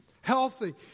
healthy